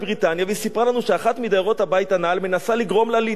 והיא סיפרה לנו שאחת מדיירות הבית הנ"ל מנסה לגרום לה להתנצר,